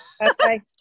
okay